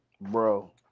bro